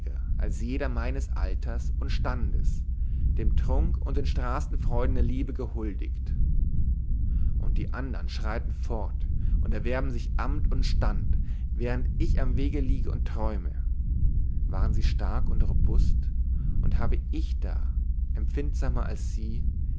als jeder meines alters und standes dem trunk und den straßenfreuden der liebe gehuldigt und die andern schreiten fort und erwerben sich amt und stand während ich am wege liege und träume waren sie stark und robust und habe ich da empfindsamer als sie